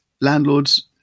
landlords